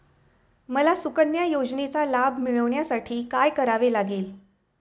मला सुकन्या योजनेचा लाभ मिळवण्यासाठी काय करावे लागेल?